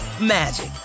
magic